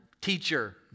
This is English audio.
teacher